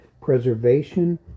preservation